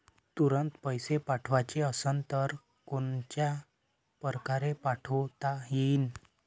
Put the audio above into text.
तुरंत पैसे पाठवाचे असन तर कोनच्या परकारे पाठोता येईन?